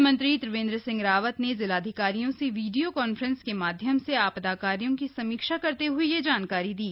मुख्यमंत्री त्रिवेंद्र सिंह रावत ने जिलाधिकारियों से वीडियो कांफ्रेंस के माध्यम से आपदा कार्यों की समीक्षा करते हुए यह जानकारी दी